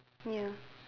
ya